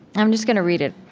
i'm just going to read it.